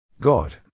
God